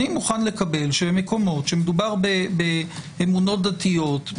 אני מוכן לקבל מקומות כשמדובר באמונות דתיות,